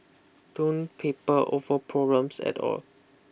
don't paper over problems at all